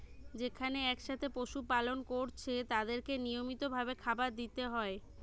যেখানে একসাথে পশু পালন কোরছে তাদেরকে নিয়মিত ভাবে খাবার দিতে হয়